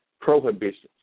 prohibitions